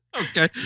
okay